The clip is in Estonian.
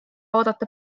oodata